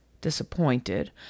disappointed